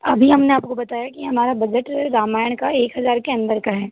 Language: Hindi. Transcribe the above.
अभी हमने आपको बताया कि हमारा बजट रामायण का एक हज़ार के अंदर का है